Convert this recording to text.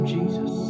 Jesus